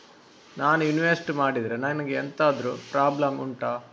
ನಾನು ಇನ್ವೆಸ್ಟ್ ಮಾಡಿದ್ರೆ ನನಗೆ ಎಂತಾದ್ರು ಪ್ರಾಬ್ಲಮ್ ಉಂಟಾ